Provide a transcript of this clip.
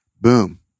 boom